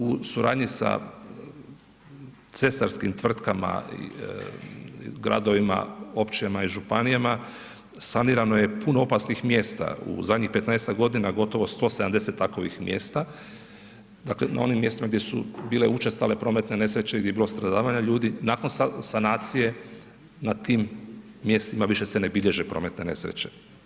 U suradnji sa cestarskim tvrtkama, gradovima, općinama i županijama sanirano je puno opasnih mjesta u zadnjih 15-tak godina gotovo 170 takovih mjesta, dakle na onim mjestima gdje su bile učestale prometne nesreće i gdje je bilo stradavanja ljudi, nakon sanacije na tim mjestima više se ne bilježe prometne nesreće.